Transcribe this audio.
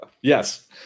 Yes